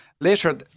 Later